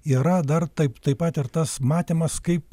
yra dar taip taip pat ir tas matymas kaip